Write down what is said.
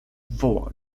woła